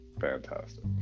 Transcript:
fantastic